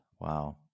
Wow